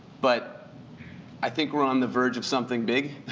but i think we're on the verge of something big.